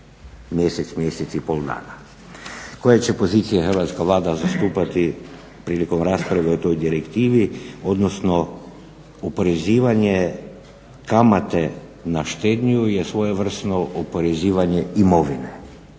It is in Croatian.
mjesec, mjesec i pol dana. Koje će pozicije hrvatska Vlada zastupati prilikom rasprave o toj direktivi, odnosno oporezivanje kamate na štednju je svojevrsno oporezivanje imovine.